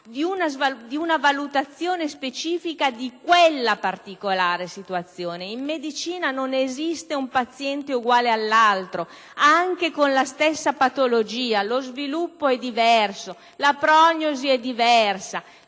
di una valutazione specifica di quella particolare situazione. In medicina, non esiste un paziente uguale all'altro: anche con la stessa patologia, lo sviluppo della malattia è diverso, la prognosi è diversa,